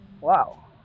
wow